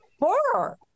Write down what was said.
horror